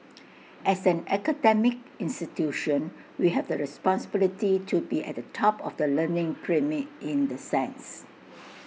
as an academic institution we have the responsibility to be at the top of the learning pyramid in the sense